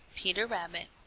peter rabbit.